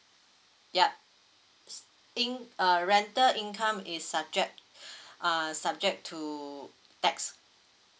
yup in~ uh rental income is subject uh subject to tax